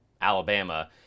Alabama